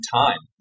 time